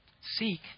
Seek